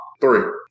Three